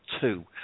two